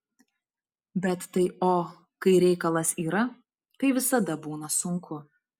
bet tai o kai reikalas yra tai visada būna sunku